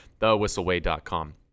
thewhistleway.com